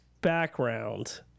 background